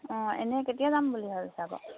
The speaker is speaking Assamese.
অঁ এনেই কেতিয়া যাম বুলি ভাবিছ বাৰু